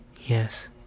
yes